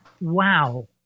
wow